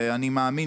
אני מאמין